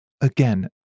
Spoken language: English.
Again